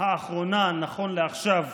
האחרונה, נכון לעכשיו,